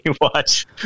watch